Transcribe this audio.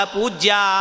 Puja